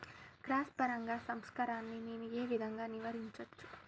Cross పరాగ సంపర్కాన్ని నేను ఏ విధంగా నివారించచ్చు?